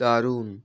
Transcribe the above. দারুণ